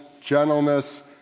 gentleness